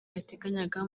yateganyaga